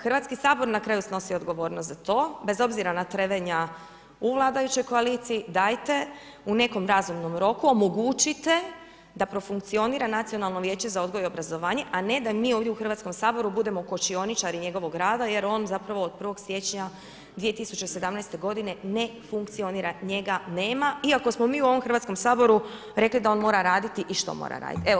Hrvatski sabor na kraju snosi odgovornost za to bez obzira na trevenja u vladajućoj koaliciji, dajte u nekom razumnom roku omogućite da profunkcionira Nacionalno vijeće za odgoj i obrazovanje, a ne da mi ovdje u Hrvatskom saboru budemo kočioničari njegovog rada jer on od 1. siječnja 2017. godine ne funkcionira, njega nema, iako smo mi u ovom Hrvatskom saboru da on mora raditi i što mora raditi.